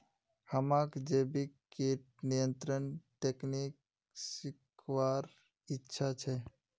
हमाक जैविक कीट नियंत्रण तकनीक सीखवार इच्छा छ